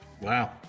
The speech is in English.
Wow